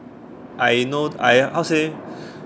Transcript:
I know I how say